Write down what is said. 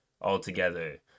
altogether